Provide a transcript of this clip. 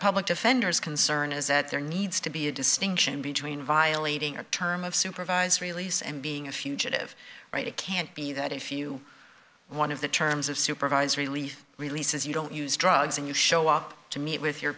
public defender is concern is that there needs to be a distinction between violating a term of supervised release and being a fugitive right it can't be that if you one of the terms of supervised release release is you don't use drugs and you show up to meet with your